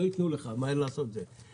לא ייתנו לך לעשות את זה מהר.